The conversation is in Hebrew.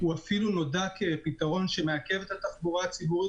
הוא אפילו נודע כפתרון שמעכב את התחבורה הציבורית